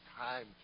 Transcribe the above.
Time